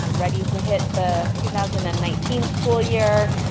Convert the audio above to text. um ready to hit the two thousand and nineteen school year,